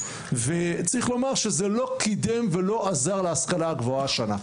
וצריך לומר שזה לא קידם ולא עזר להשכלה הגבוהה השנה.